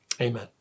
Amen